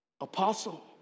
Apostle